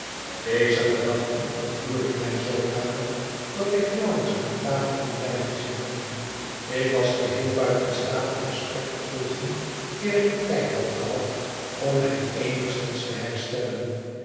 deze gedachten ontroerden mij zoodanig dat ik nauwelijks aan tafel kon blijven zitten ik was geheel buiten staat het gesprek te volgen eer ik tijd had gehad om mij eenigszins te hérstellen